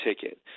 ticket